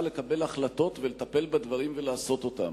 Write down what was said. לקבל החלטות ולטפל בדברים ולעשות אותם.